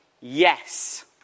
yes